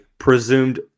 Presumed